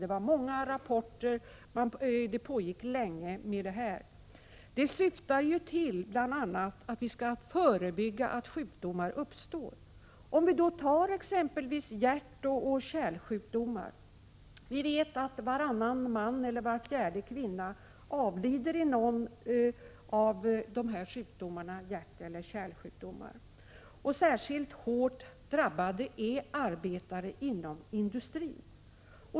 Det förelåg många rapporter, och arbetet pågick länge. Förslaget syftar ju bl.a. till att vi skall förebygga att sjukdomar uppstår. När det gäller exempelvis hjärtoch kärlsjukdomar vet vi att varannan man och var fjärde kvinna avlider i någon av dessa sjukdomar. Särskilt hårt drabbade är arbetare inom industrin.